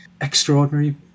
extraordinary